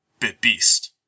BitBeast